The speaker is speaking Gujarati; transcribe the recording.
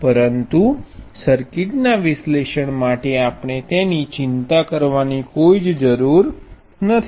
પરંતુ સર્કિટ્સના વિશ્લેષણ માટે આપણે તેની ચિંતા કરવાની જરૂર નથી